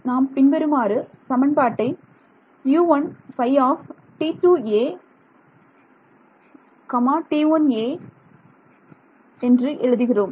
நாம் பின்வருமாறு சமன்பாட்டை எழுதுகிறோம்